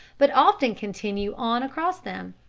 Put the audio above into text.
but often continue on across them,